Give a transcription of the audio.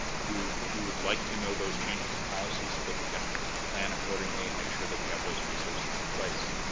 we would we would like to know those changes in policy so that we can plan accordingly and make sure that we have those resources in place.